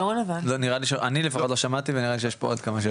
אני לפחות לא שמעתי ונראה לי שעוד כמה .